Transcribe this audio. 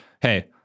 hey